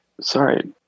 Sorry